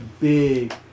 big